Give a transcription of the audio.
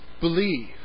believe